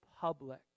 public